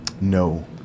No